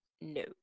No